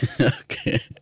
Okay